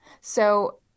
So-